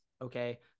Okay